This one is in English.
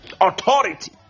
Authority